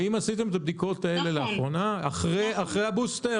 האם עשיתם את הבדיקות האלה לאחרונה, אחרי הבוסטר?